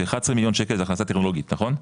ש-11 מיליון שקל זה הכנסה טכנולוגית נכון?